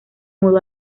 mudó